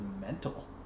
mental